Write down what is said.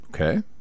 Okay